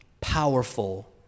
powerful